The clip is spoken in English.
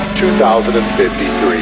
2053